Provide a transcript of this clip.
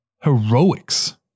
heroics